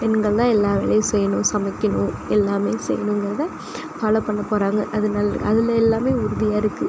பெண்கள் தான் எல்லா வேலையும் செய்யணும் சமைக்கணும் எல்லாமே செய்யணுங்கறதை ஃபாலோ பண்ண போகிறாங்க அது அதில் எல்லாமே உறுதியாக இருக்குது